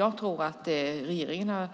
Jag tror att regeringen har